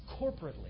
corporately